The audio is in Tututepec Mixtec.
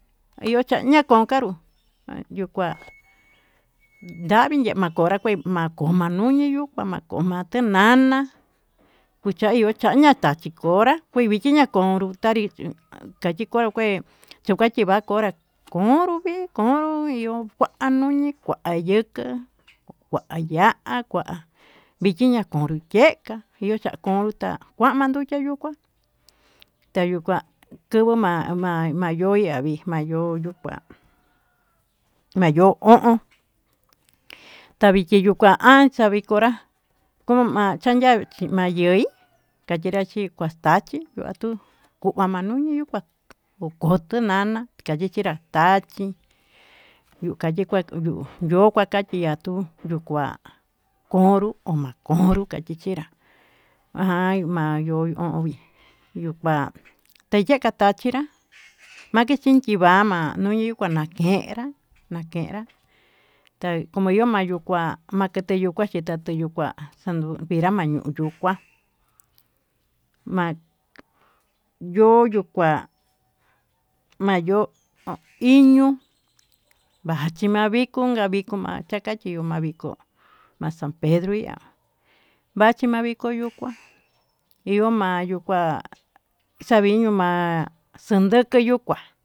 Ayucha ñakonkanró ayuu kua yavii namankonra kué, he ma'a koni ñuu mate koma'a tenana kuchañio tachí konrá kui chiña'a konró tanri kuachi kua kué, chivachi va'a konra koyo'o nguí konro yuu kua anuli kua yukuu kua ya'a kua viki na'a konro yeka, yo'o chakonro ta'a kuan mandukia yuu kua tayuu kuan kuyuu ma'a ma'a mayoya vii mayoyuu kuá ya'a yó o'on taviki yuu kua ha'an taviko hora machavi chimayen hi kayenra chi ma'a tuachí, yuu atu kuya matuyu yuu kuá koko tunana tayi kunra tachí yuu kakika yuu kua yokua ka'a chia'a tuu, yuu kua konro tuu ma'a konro yikenra hay ma'a yó kui yuu kua teyeka tachinrá makin chin tiyama nuu yuu kua nakera nakerá ta'a komo yo mayukua, maketa yuu maketa tuyuu kua xandu purama kua mayo yuu kua, mayó iño machikoman viko maviko machá chachio maviko ma'a san pedro ya'á vaxhima viko yuu kuá iho ma'a yuu kua xaviño kuá xanduku yuu kuá.